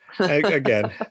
Again